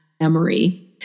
memory